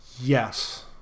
yes